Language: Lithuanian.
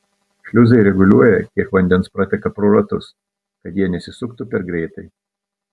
šliuzai reguliuoja kiek vandens prateka pro ratus kad jie nesisuktų per greitai